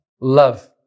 Love